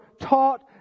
taught